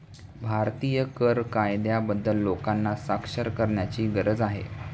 भारतीय कर कायद्याबद्दल लोकांना साक्षर करण्याची गरज आहे